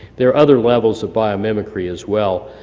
there are other levels of biomimicry as well,